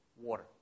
water